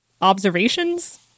observations